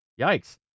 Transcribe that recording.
yikes